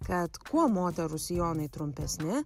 kad kuo moterų sijonai trumpesni